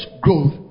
growth